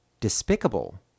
despicable